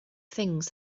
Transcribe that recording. things